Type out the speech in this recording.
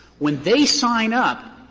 when they sign up,